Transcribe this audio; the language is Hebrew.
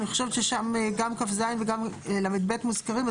אני חושבת ששם גם כז וגם לב מוזכרים,